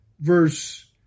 verse